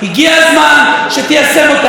הגיע הזמן שתיישם אותן.